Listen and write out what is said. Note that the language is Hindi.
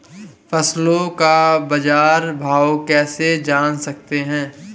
फसलों का बाज़ार भाव कैसे जान सकते हैं?